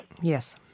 Yes